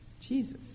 Jesus